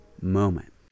moment